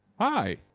hi